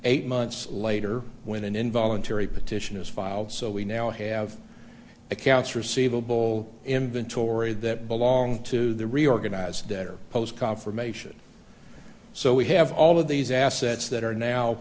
eight months later when an involuntary petition is filed so we now have accounts receivable inventory that belong to the reorganized debtor post confirmation so we have all of these assets that are now